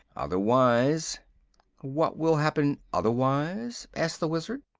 otherwise what will happen otherwise? asked the wizard.